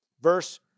Verse